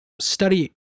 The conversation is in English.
study